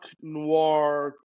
noir